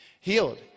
healed